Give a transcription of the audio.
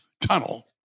tunnel